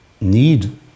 need